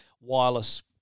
wireless